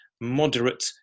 moderate